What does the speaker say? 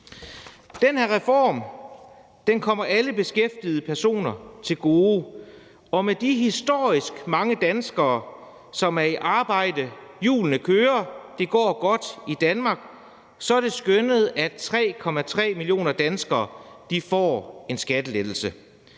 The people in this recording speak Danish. Den her reform kommer alle beskæftigede personer til gode, og med de historisk mange danskere, som er i arbejde – hjulene kører, og det går godt i Danmark – er det skønnet, at 3,3 millioner danskere får en skattelettelse.